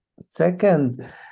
Second